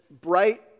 bright